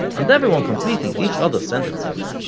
and everyone completing each other's sentences.